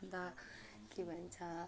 अन्त के भन्छ